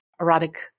erotic